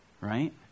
right